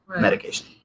medication